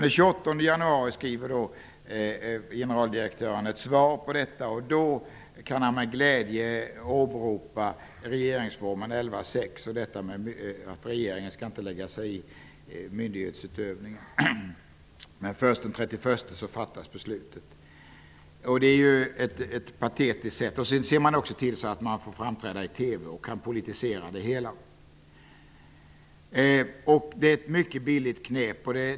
Den 28 januari skriver generaldirektören ett svar på brevet. Då kan han med glädje åberopa regeringsformens 11 kap. 6 § om att regeringen inte skall lägga sig i myndighetsutövning. Men det är först den 31 januari som beslutet fattas. Detta är patetiskt, och samtidigt ser han till att han får framträda i TV och politisera det hela. Detta har varit ett mycket billigt knep.